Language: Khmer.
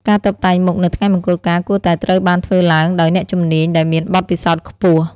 ការតុបតែងមុខនៅថ្ងៃមង្គលការគួរតែត្រូវបានធ្វើឡើងដោយ អ្នកជំនាញ ដែលមានបទពិសោធន៍ខ្ពស់ ។